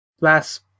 last